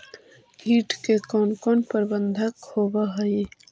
किट के कोन कोन प्रबंधक होब हइ?